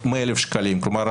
כלומר,